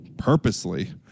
Purposely